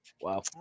Wow